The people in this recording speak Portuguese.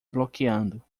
bloqueando